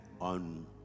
on